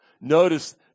Notice